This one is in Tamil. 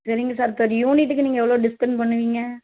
சரிங்க சார் இப்போ இது யூனிட்டுக்கு நீங்கள் எவ்வளோ டிஸ்கவுண்ட் பண்ணுவீங்க